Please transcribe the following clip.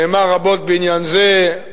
נאמר רבות בעניין זה,